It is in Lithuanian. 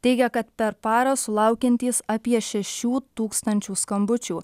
teigia kad per parą sulaukiantys apie šešių tūkstančių skambučių